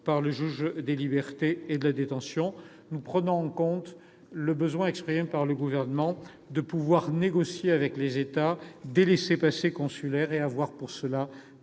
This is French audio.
par le juge des libertés et de la détention. Nous prenons en compte le besoin, exprimé par le Gouvernement, de pouvoir négocier avec les États des laissez-passer consulaires et de disposer de